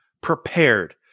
prepared